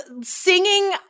singing